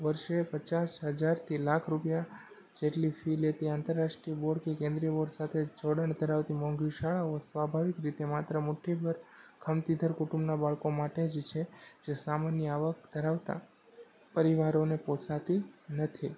વર્ષે પચાસ હજારથી લાખ રૂપિયા જેટલી ફી લેતી આંતરરાષ્ટ્રીય બોર્ડ કે કેન્દ્રીય બોર્ડ સાથે જોડાણ ધરાવતી મોંઘી શાળાઓ સ્વભાવ રીતે માત્ર મૂઠ્ઠીભર ખમતીઘર કુંટુંબનાં બાળકો માટે જ છે જે સામાન્ય આવક ધરાવતા પરિવારોને પોસાતી નથી